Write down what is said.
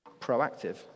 proactive